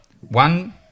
One